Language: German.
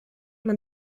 man